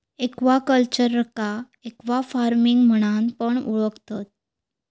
एक्वाकल्चरका एक्वाफार्मिंग म्हणान पण ओळखतत